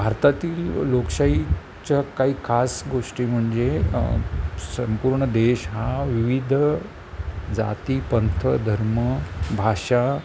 भारतातील लोकशाहीच्या काही खास गोष्टी म्हणजे संपूर्ण देश हा विविध जाती पंथ धर्म भाषा